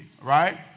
right